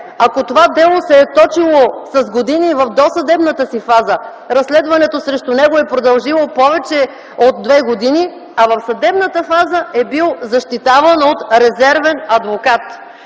Ако това дело се е точило с години в досъдебната си фаза, разследването срещу него е продължило повече от 2 години, а в съдебната фаза е бил защитаван от резервен адвокат,